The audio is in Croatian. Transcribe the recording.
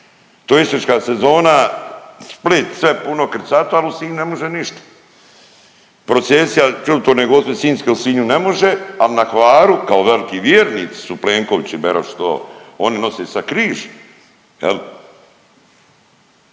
Turistička sezona Split sve puno krcato, al u Sinju ne može ništa. Procesija Čudotvorne Gospe Sinjske u Sinju ne može, al na Hvaru kao veliki vjernicu su Plenković i Beroš to oni nose sad križ